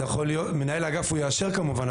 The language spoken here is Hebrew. מנהל האגף יאשר כמובן,